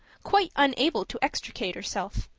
quite unable to extricate herself.